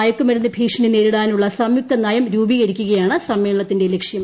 മയക്കുമരുന്ന് ഭീഷണി നേരിടാനുള്ള സംയുക്ത നയം രൂപീകരിക്കുകയാണ് സമ്മേളനത്തിന്റെ ലക്ഷ്യം